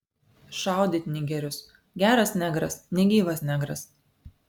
šaudyt nigerius geras negras negyvas negras